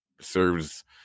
serves